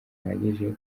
uhagije